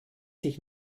sich